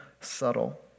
subtle